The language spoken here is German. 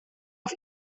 auf